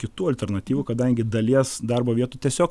kitų alternatyvų kadangi dalies darbo vietų tiesiog